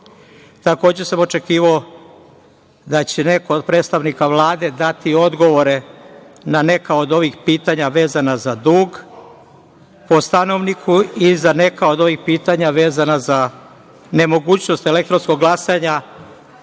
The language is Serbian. sam očekivao da će neko od predstavnika Vlade dati odgovore na neka od ovih pitanja vezana za dug po stanovniku i za neka od ovih pitanja vezana za nemogućnost elektronskog glasanja